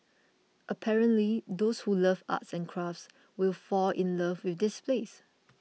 apparently those who love arts and crafts will fall in love with this place